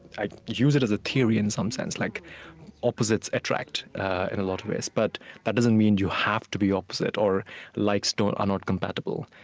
i use it as a theory in some sense like opposites attract in a lot of ways but that doesn't mean you have to be opposite, or likes are not compatible.